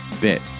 bit